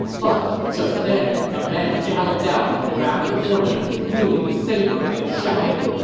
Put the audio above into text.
but just then, a man galloped out from around the corner, wielding a saber and shouting,